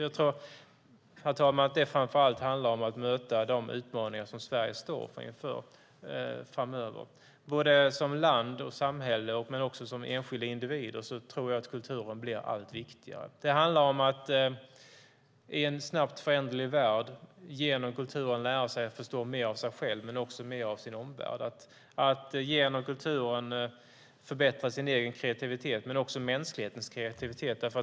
Jag tror, herr talman, att det framför allt handlar om att möta de utmaningar som Sverige står inför framöver. Kulturen blir allt viktigare både för oss som land och samhälle och för oss enskilda individer. Det handlar om att i en snabbt föränderlig värld genom kulturen lära sig att förstå mer av sig själv men också mer av sin omvärld. Det handlar om att genom kulturen förbättra sin egen kreativitet men också mänsklighetens kreativitet.